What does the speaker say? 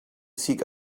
seek